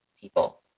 people